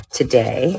today